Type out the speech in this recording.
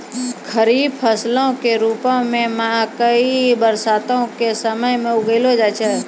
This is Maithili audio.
खरीफ फसलो के रुपो मे मकइ बरसातो के समय मे उगैलो जाय छै